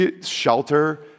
shelter